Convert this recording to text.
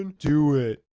um do it.